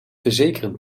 verzekeren